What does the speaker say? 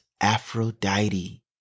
Aphrodite